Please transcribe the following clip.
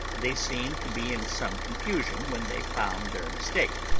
they seemed to be in some confusion when they found their mistake,